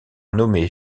nommé